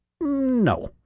No